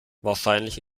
wahrscheinlich